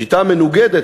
השיטה המנוגדת,